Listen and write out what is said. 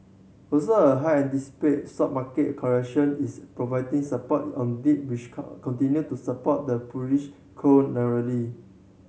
also a high anticipate stock market correction is providing support on dip which continue to support the bullish cold